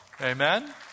Amen